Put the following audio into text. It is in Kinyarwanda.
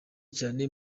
cyane